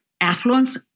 affluence